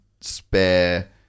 spare